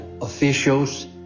officials